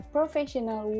Professional